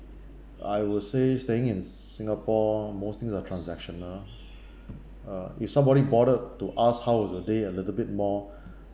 I will say staying in s~ singapore mostly are transactional uh if somebody bothered to ask how is your day a little bit more